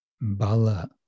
Bala